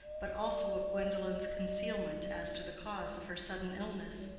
but also of gwendolen's concealment as to the cause of her sudden illness.